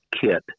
kit